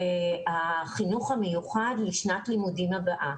החינוך המיוחד לשנת הלימודים הבאה.